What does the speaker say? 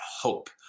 hope